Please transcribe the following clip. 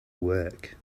work